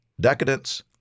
decadence